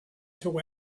two